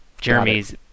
Jeremy's